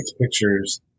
pictures